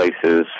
places